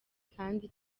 kandi